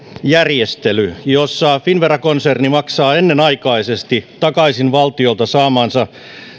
järjestely jossa finnvera konserni maksaa ennenaikaisesti takaisin valtiolta saamansa